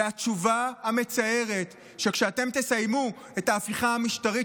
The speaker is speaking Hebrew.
והתשובה המצערת היא שכשאתם תסיימו את ההפיכה המשטרית,